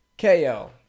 KO